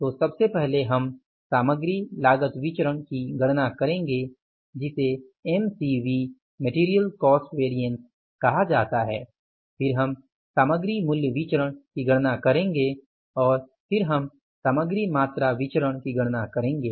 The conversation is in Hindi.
तो सबसे पहले हम सामग्री लागत विचरण की गणना करेंगे जिसे MCV कहा जाता है फिर हम सामग्री मूल्य विचरण की गणना करेंगे और फिर हम सामग्री मात्रा विचरण की गणना करेंगे